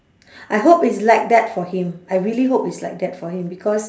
I hope it's like that for him I really hope it's like that for him because